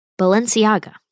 Balenciaga